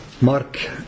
Mark